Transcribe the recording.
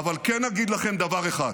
אבל כן אגיד לכם דבר אחד,